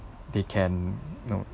they can you know